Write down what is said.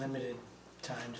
limited time